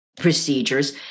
procedures